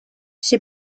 she